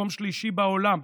מקום שלישי בעולם.